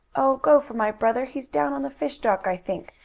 oh, go for my brother! he's down on the fish dock i think,